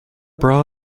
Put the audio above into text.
bra